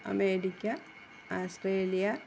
America Australia